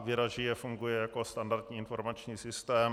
Věda žije funguje jako standardní informační systém.